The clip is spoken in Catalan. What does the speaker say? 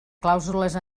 clàusules